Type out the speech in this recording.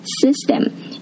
system